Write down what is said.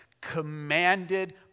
commanded